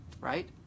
right